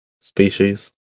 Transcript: species